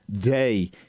day